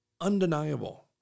undeniable